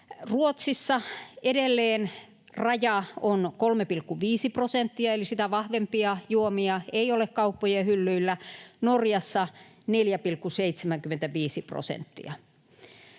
Ruotsissa edelleen raja on 3,5 prosenttia eli sitä vahvempia juomia ei ole kauppojen hyllyillä, Norjassa 4,75 prosenttia.